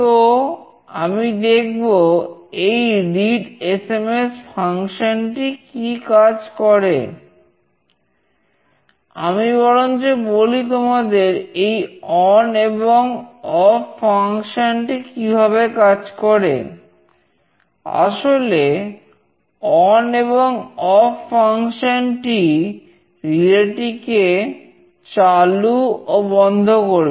তো আমি দেখব এই readsms দেখাবে